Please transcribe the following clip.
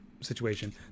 situation